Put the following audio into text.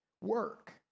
work